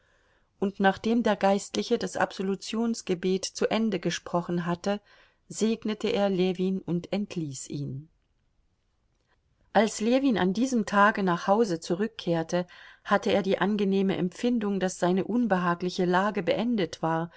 und nachdem der geistliche das absolutionsgebet zu ende gesprochen hatte segnete er ljewin und entließ ihn als ljewin an diesem tage nach hause zurückkehrte hatte er die angenehme empfindung daß seine unbehagliche lage beendet war